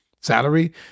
salary